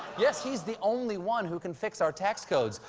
yes, he's the only one who can fix our tax code.